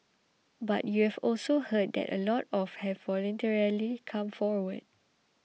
but you've also heard that a lot of have voluntarily come forward